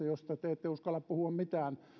josta te ette uskalla puhua mitään